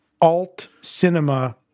alt-cinema